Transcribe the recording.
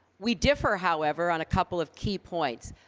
we differ, however, on a couple of key points.